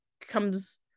comes